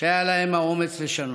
שהיה להם האומץ לשנות,